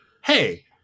Hey